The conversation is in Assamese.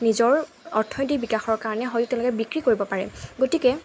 নিজৰ অৰ্থনৈতিক বিকাশৰ কাৰণে হয়তো তেওঁলোকে বিক্ৰী কৰিব পাৰে গতিকে